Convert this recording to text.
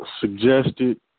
suggested